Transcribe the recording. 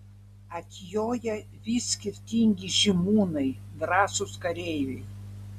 atjoja vis skirtingi žymūnai drąsūs kareiviai